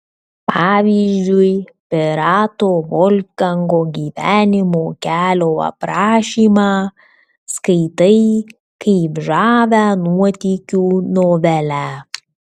pavyzdžiui pirato volfgango gyvenimo kelio aprašymą skaitai kaip žavią nuotykių novelę